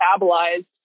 metabolized